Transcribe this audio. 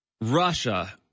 Russia